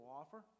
offer